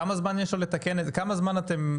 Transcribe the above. כמה זמן יש לו לתקן את זה, כמה זמן אתם.